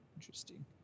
Interesting